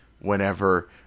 whenever